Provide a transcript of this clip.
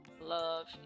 love